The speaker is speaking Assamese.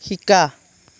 শিকা